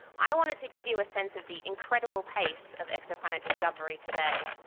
i wanted to give you a sense of the incredible pace of exoplanet discovery today.